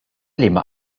liema